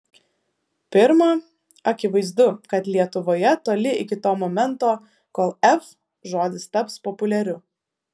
pirma akivaizdu kad lietuvoje toli iki to momento kol f žodis taps populiariu